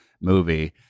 movie